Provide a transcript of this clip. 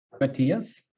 Matthias